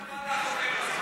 מה הנוסח?